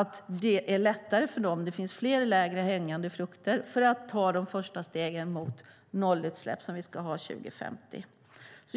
eftersom där finns fler lägre hängande frukter, att ta de första stegen mot nollutsläpp till 2050.